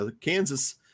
Kansas